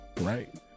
right